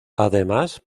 además